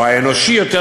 או האנושי יותר,